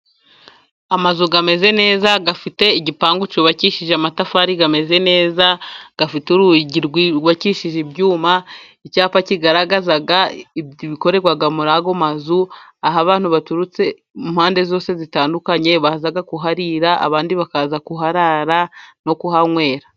Amazu ameze neza, afite igipangu cyubakishije amatafari ameze neza, ifite urugi rwubakishije ibyuma, icyapa kigaragaza ibikorerwa muri ayo mazu, aho abantu baturutse impande zose zitandukanye baza kuharira, abandi bakaza kuharara no kuhanywera.